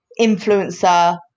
influencer